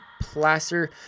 Placer